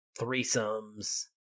threesomes